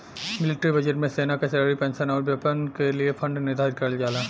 military budget में सेना क सैलरी पेंशन आउर वेपन क लिए फण्ड निर्धारित करल जाला